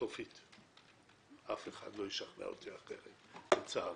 סופית, אף אחד לא ישכנע אותי אחרת לצערי.